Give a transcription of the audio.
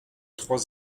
trois